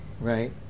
right